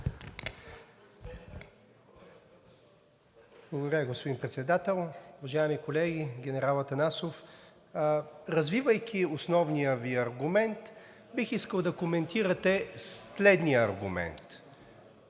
Благодаря, господин Председател. Уважаеми колеги! Генерал Атанасов, развивайки основния Ви аргумент, бих искал да коментирате следния аргумент.